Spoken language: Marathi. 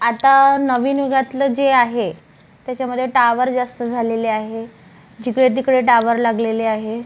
आत्ता नवीन युगातलं जे आहे त्याच्यामध्ये टावर जास्त झालेले आहे जिकडे तिकडे टावर लागलेले आहे